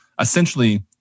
essentially